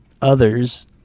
others